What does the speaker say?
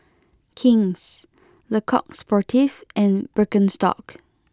King's Le Coq Sportif and Birkenstock